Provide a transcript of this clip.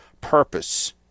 purpose